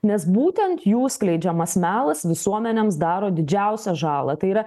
nes būtent jų skleidžiamas melas visuomenėms daro didžiausią žalą tai yra